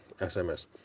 SMS